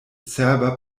cerba